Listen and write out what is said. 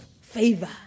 favor